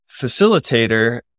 facilitator